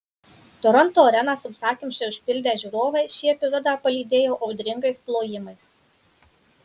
toronto areną sausakimšai užpildę žiūrovai šį epizodą palydėjo audringais plojimais